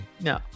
no